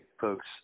folks